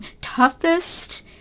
toughest